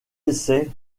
essais